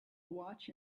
watch